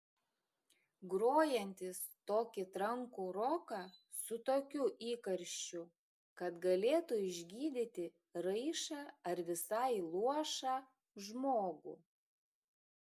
grojantys tokį trankų roką su tokiu įkarščiu kad galėtų išgydyti raišą ar visai luošą žmogų